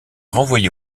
renvoyé